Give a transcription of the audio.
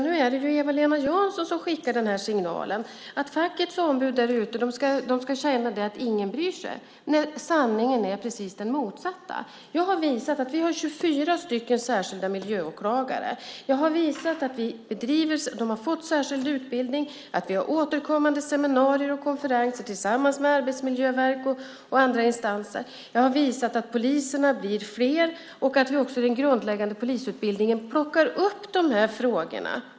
Nu är det Eva-Lena Jansson som skickar signalen att fackets ombud ska känna att ingen bryr sig, när sanningen är precis den motsatta. Jag har visat att vi har 24 särskilda miljöåklagare. De har fått särskild utbildning. Vi har återkommande seminarier och konferenser tillsammans med arbetsmiljöverk och andra instanser. Jag har visat att poliserna blir fler och att vi också i den grundläggande polisutbildningen plockar upp de här frågorna.